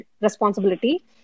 responsibility